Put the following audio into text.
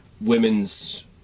women's